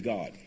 God